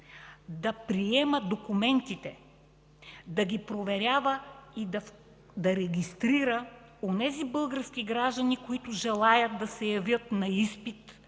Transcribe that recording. да приема документите, да ги проверява и да регистрира онези български граждани, които желаят да се явят на изпит